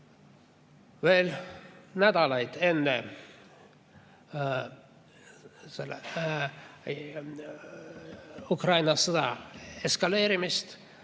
veel nädalaid enne Ukraina sõja eskaleerumist